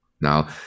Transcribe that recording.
Now